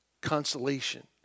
consolation